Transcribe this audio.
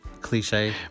Cliche